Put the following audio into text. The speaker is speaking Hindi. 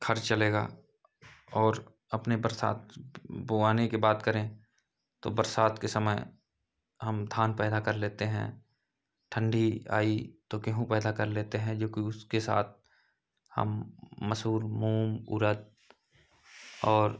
खर्च चलेगा और अपनी बरसात बोआने की बात करें तो बरसात के समय हम धान पैदा कर लेते हैं ठण्डी आई तो गेहूँ पैदा कर लेते हैं जोकि उसके साथ हम मसूर मूँग उड़द और